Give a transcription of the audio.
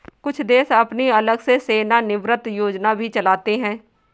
कुछ देश अपनी अलग से सेवानिवृत्त योजना भी चलाते हैं